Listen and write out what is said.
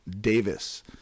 Davis